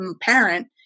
parent